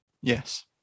yes